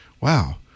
wow